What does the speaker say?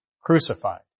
crucified